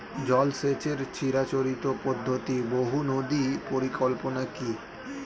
জল সেচের চিরাচরিত পদ্ধতি বহু নদী পরিকল্পনা কি?